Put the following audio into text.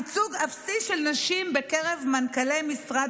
ייצוג אפסי של נשים בקרב מנכ"לי משרד